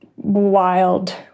wild